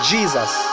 Jesus